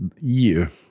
year